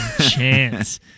chance